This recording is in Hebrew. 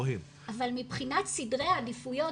אבל מבחינת סדרי עדיפויות,